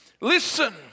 listen